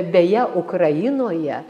beje ukrainoje